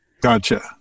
Gotcha